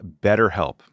BetterHelp